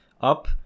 up